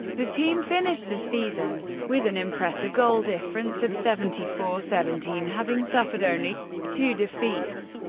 the team finished the season with an impressive goal difference of seventy four seventeen, having suffered only two defeats.